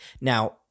Now